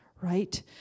right